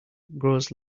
grows